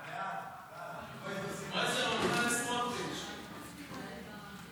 חוק לתיקון פקודת הרוקחים (מס' 38),